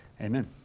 Amen